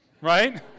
right